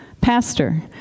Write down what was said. pastor